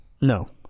No